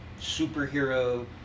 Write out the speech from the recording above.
superhero